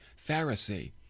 Pharisee